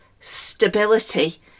stability